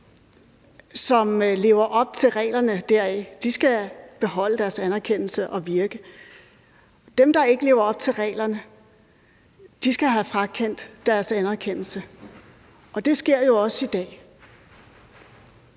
som lever op til reglerne, skal beholde deres anerkendelse og virke. Dem, der ikke lever op til reglerne, skal have frakendt deres anerkendelse, og det sker jo også i dag.